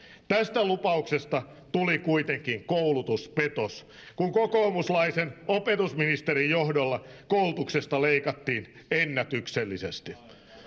tästä lupauksesta tuli kuitenkin koulutuspetos kun kokoomuslaisen opetusministerin johdolla koulutuksesta leikattiin ennätyksellisesti